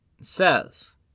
says